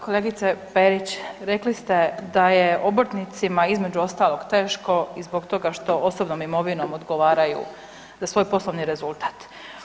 Kolegice Perić, rekli ste da je obrtnicima između ostalog teško i zbog toga što osobnom imovinom odgovaraju za svoj poslovni rezultat.